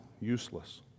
useless